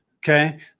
Okay